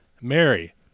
Mary